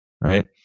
right